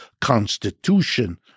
constitution